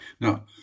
Now